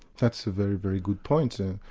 that's a very, very good point. and